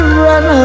run